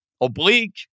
oblique